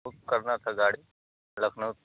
book करना था गाड़ी लखनऊ